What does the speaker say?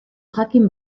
jakin